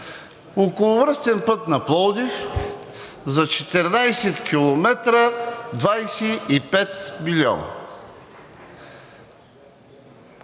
Околовръстен път на Пловдив, за 14 км – 25 милиона.